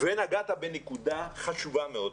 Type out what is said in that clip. נגעת בנקודה חשובה מאוד,